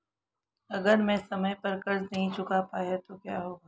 अगर मैं समय पर कर्ज़ नहीं चुका पाया तो क्या होगा?